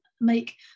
make